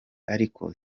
ariko